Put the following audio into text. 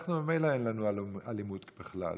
אנחנו ממילא אין לנו אלימות בכלל,